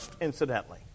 incidentally